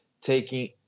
taking